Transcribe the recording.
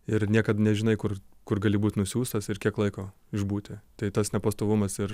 ir niekad nežinai kur kur gali būt nusiųstas ir kiek laiko išbūti tai tas nepastovumas ir